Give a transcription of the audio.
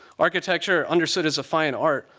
architecture understood as a fine art,